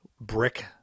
brick